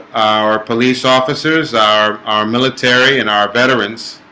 our police officers our our military and our veterans